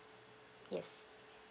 yes